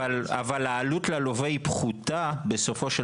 אבל העלות ללווה היא פחותה בסופו של